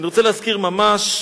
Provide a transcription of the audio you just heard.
ואני רוצה להזכיר, ממש,